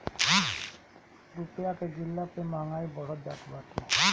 रूपया के गिरला पअ महंगाई बढ़त जात बाटे